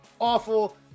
awful